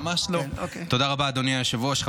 תודה רבה, אדוני היושב-ראש.